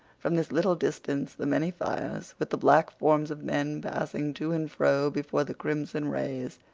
from this little distance the many fires, with the black forms of men passing to and fro before the crimson rays,